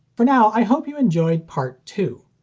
for now, i hope you enjoyed part two.